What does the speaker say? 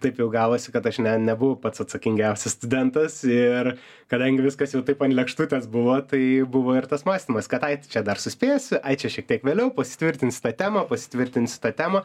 taip jau gavosi kad aš ne nebuvau pats atsakingiausias studentas ir kadangi viskas jau taip ant lėkštutės buvo tai buvo ir tas mąstymas kad ai čia dar suspėsiu ai čia šiek tiek vėliau pasitvirtinsiu tą temą pasitvirtinsiu tą temą